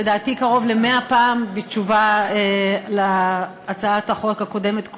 לדעתי קרוב ל100 פעם בתשובה על הצעת החוק הקודמת.